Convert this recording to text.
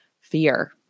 fear